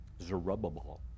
Zerubbabel